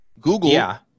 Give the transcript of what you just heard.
google